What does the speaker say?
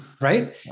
Right